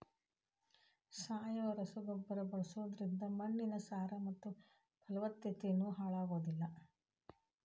ಸಾವಯವ ರಸಗೊಬ್ಬರ ಬಳ್ಸೋದ್ರಿಂದ ಮಣ್ಣಿನ ಸಾರ ಮತ್ತ ಪಲವತ್ತತೆನು ಹಾಳಾಗೋದಿಲ್ಲ